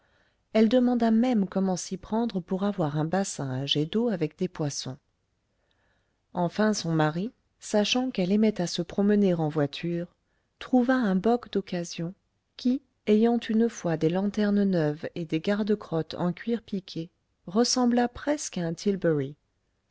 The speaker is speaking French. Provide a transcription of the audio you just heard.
elle demanda même comment s'y prendre pour avoir un bassin à jet d'eau avec des poissons enfin son mari sachant qu'elle aimait à se promener en voiture trouva un boc d'occasion qui ayant une fois des lanternes neuves et des gardes crotte en cuir piqué ressembla presque à un